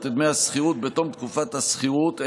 את דמי השכירות בתום תקופת השכירות,